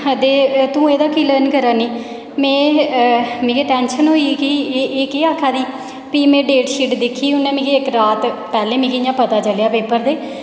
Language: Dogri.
ते तूं एहदा की लर्न करा'रनी मिगी टैंशन होई गेई कि एह् एह् केह् आक्खा दी फ्ही मीं डेट शीट दिक्खी उन्नै मिगी इक रात पैहलें मिगी इ'यां पता चलेआ पेपर ते